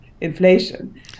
inflation